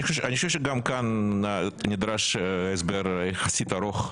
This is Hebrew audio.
אני חושב שגם כאן נדרש הסבר יחסית ארוך.